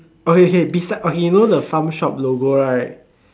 okay K beside okay you know the farm shop logo right